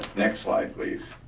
next slide, please.